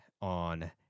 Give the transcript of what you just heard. on